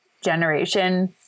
generation